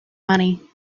money